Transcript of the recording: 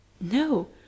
No